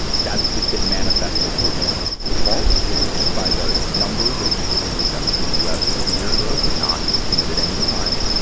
that's just been manifestly proven false just by the numbers of people who've been resettled in the u s. over the years who have not committed any crimes.